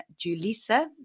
Julissa